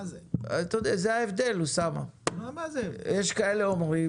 יש כאלה שאומרים